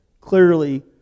Clearly